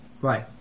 right